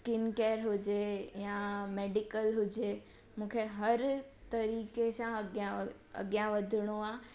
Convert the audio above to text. skin care हुजे या medical हुजे मूंखे हर तरीक़े सां अॻियां अॻियां वधणो आहे